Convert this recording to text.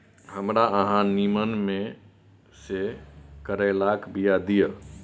हमरा अहाँ नीमन में से करैलाक बीया दिय?